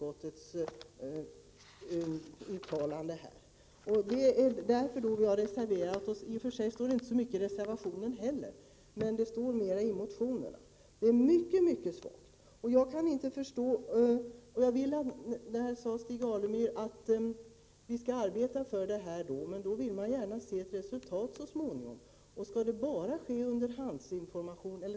Det är därför vi har reserverat oss. I och för sig står det inte så mycket i reservationen heller, men det står mer i motionerna. Det är mycket svagt. Stig Alemyr sade att vi skall arbeta för de här frågorna, men då vill man gärna se ett resultat så småningom. Skall det bara vara fråga om underhandsinformation?